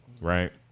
right